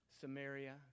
Samaria